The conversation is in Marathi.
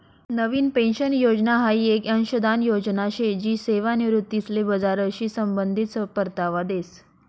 नवीन पेन्शन योजना हाई येक अंशदान योजना शे जी सेवानिवृत्तीसले बजारशी संबंधित परतावा देस